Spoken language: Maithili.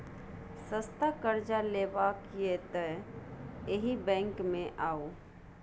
सस्ता करजा लेबाक यै तए एहि बैंक मे आउ